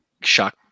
shock